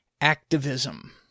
activism